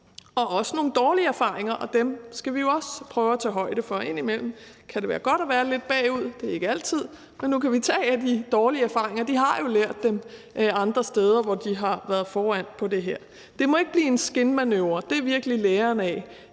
har også nogle dårlige erfaringer, og det skal vi også prøve at tage højde for. Indimellem kan det være godt at være lidt bagud, det er ikke altid, men nu kan vi lære af de dårlige erfaringer, de har gjort sig andre steder, hvor de har været foran på det her område. Det må ikke blive en skinmanøvre. Det er virkelig læren